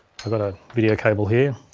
but ah video cable here.